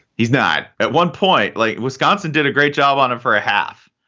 he's not at one point like wisconsin did a great job on it for a half.